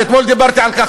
ואתמול דיברתי על כך,